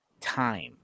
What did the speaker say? time